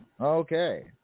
okay